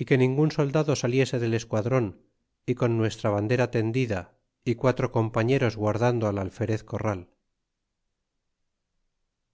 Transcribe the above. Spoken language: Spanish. y que ningun soldado saliese del esquadron y con nuestra bandera tendida y quatro compañeros guardando al alferez corral